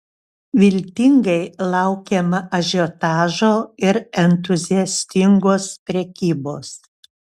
viltingai laukiama ažiotažo ir entuziastingos prekybos